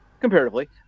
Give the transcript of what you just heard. comparatively